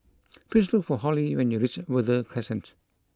please look for Holli when you reach Verde Crescent